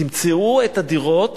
תמצאו את הדירות